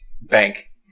bank